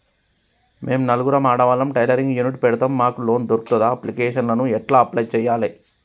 మేము నలుగురం ఆడవాళ్ళం టైలరింగ్ యూనిట్ పెడతం మాకు లోన్ దొర్కుతదా? అప్లికేషన్లను ఎట్ల అప్లయ్ చేయాలే?